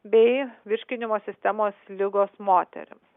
bei virškinimo sistemos ligos moterims